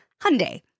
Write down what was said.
Hyundai